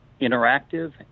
interactive